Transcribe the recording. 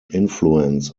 influence